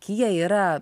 kija yra